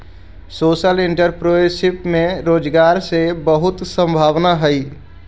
social entrepreneurship में रोजगार के खूब संभावना हई